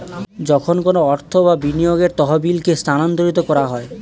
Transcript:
যখন কোনো অর্থ বা বিনিয়োগের তহবিলকে স্থানান্তর করা হয়